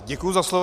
Děkuji za slovo.